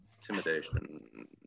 Intimidation